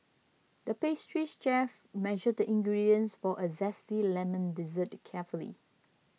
the pastries chef measured the ingredients for a Zesty Lemon Dessert carefully